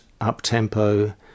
up-tempo